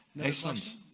excellent